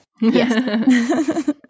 Yes